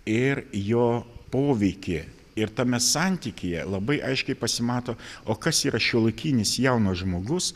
ir jo poveikį ir tame santykyje labai aiškiai pasimato o kas yra šiuolaikinis jaunas žmogus